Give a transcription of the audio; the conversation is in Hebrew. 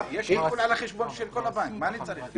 יש עיקול על החשבון של כל הבנק, מה אני צריך?